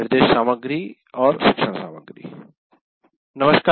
निर्देश सामग्री और शिक्षण सामग्री नमस्कार